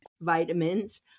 vitamins